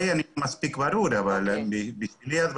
כאשר המשרד להגנת הסביבה רצה לפתח את זה בעצמו הוא נפסל וזה גרם